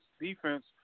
defense